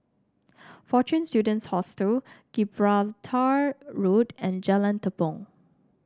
Fortune Students Hostel Gibraltar Road and Jalan Tepong